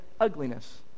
ugliness